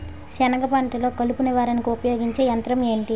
సెనగ పంటలో కలుపు నివారణకు ఉపయోగించే యంత్రం ఏంటి?